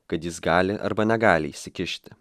kad jis gali arba negali įsikišti